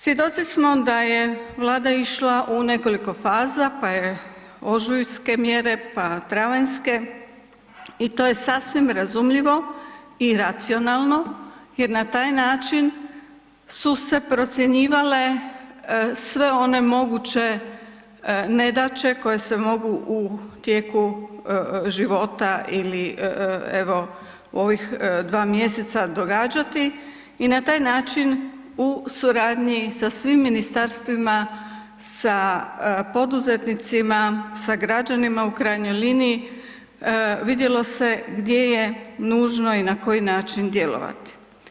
Svjedoci smo da je Vlada išla u nekoliko faza, pa je ožujske mjere, pa travanjske i to je sasvim razumljivo i racionalno jer na taj način su se procjenjivale sve one moguće nedaće koje se mogu u tijeku života ili evo u ovih dva mjeseca događati i na taj način u suradnji sa svim ministarstvima, sa poduzetnicima, sa građanima u krajnjoj liniji vidjelo se gdje je nužno i na koji način djelovati.